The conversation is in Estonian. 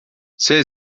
see